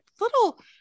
little